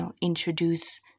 introduce